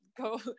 go